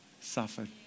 suffered